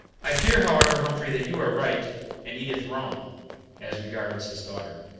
i fear, however, humphrey, that you are right and edith wrong as regards his daughter.